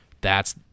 That's-